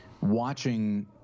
watching